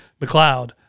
McLeod